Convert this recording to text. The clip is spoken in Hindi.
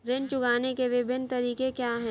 ऋण चुकाने के विभिन्न तरीके क्या हैं?